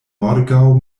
morgaŭ